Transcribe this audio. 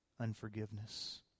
unforgiveness